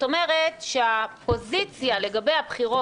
עכשיו יפעת שאשא ביטון,